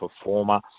performer